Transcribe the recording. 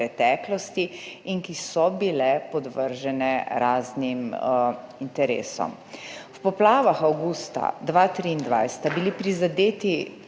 preteklosti in ki so bile podvržene raznim interesom. V poplavah avgusta 2023 sta bili prizadeti